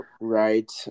Right